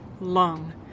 lung